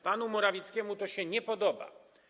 Panu Morawieckiemu to się nie podoba.